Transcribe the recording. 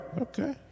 Okay